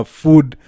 food